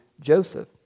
Joseph